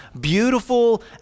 beautiful